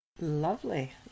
Lovely